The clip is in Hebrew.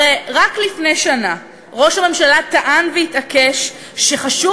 הרי רק לפני שנה ראש הממשלה טען והתעקש שחשוב